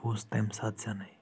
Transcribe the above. بہٕ اوسُس تمہِ ساتہٕ زینے